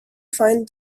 fine